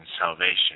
salvation